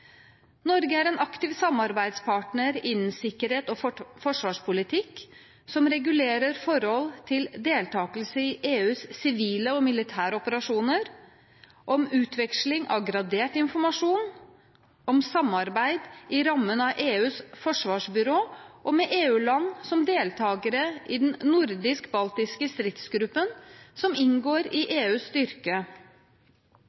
Norge er en aktiv samarbeidspartner innen sikkerhets- og forsvarspolitikk som regulerer forhold til deltakelse i EUs sivile og militære operasjoner, om utveksling av gradert informasjon, om samarbeid i rammen av EUs forsvarsbyrå og med EU-land som deltakere i den nordisk-baltiske stridsgruppen som inngår i